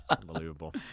Unbelievable